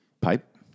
Pipe